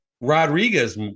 Rodriguez